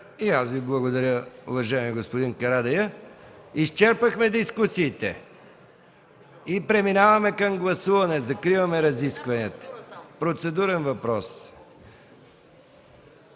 И аз Ви благодаря, уважаеми господин Карадайъ. Изчерпахме дискусиите и преминаваме към гласуване. Закриваме разискванията. ДОКЛАДЧИК МАЯ